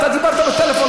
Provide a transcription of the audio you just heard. אתה דיברת בטלפון,